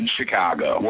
Chicago